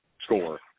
score